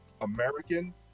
American